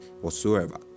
whatsoever